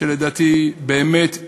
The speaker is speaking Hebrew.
ובאמת,